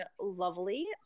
lovely